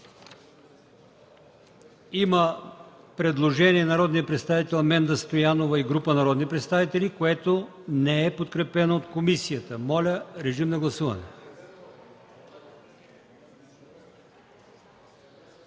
има предложение на Менда Стоянова и група народни представители, което не е подкрепено от комисията. Моля, режим на гласуване.